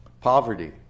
Poverty